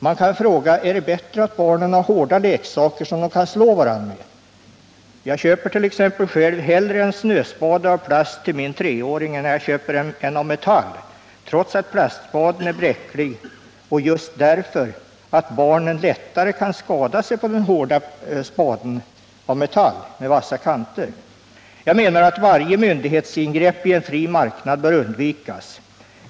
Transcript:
Man kan fråga om det är bättre att barnen har hårda leksaker, som de kan slå varandra med. Jag köper t.ex. hellre en ”snöspade” av plast till min treåring än en av metall, trots att plastspaden är bräcklig. Barnen kan ju lättare skada sig på den hårdare spaden av metall, som också har vassa kanter. Jag menar att varje myndighetsingrepp i en fri marknad bör undvikas.